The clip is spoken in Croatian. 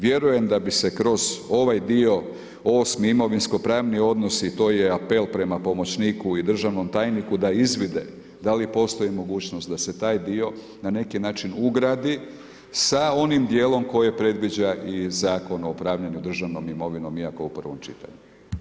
Vjerujem da bi se kroz ovaj dio osmi imovinskopravni odnosi to je apel prema pomoćniku i državnom tajniku da izvide da li postoji mogućnost da se taj dio na neki način ugradi sa onim dijelom koji je predviđa i Zakon o upravljanju državnom imovinom, iako u prvom čitanju.